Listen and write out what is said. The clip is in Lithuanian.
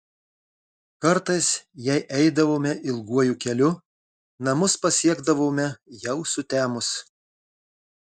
kartais jei eidavome ilguoju keliu namus pasiekdavome jau sutemus